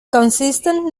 consistent